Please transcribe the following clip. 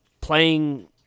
playing